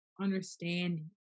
understanding